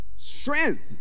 Strength